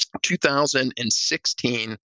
2016